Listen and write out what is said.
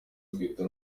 twita